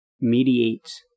mediates